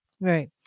Right